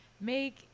make